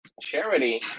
charity